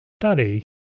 study